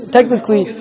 Technically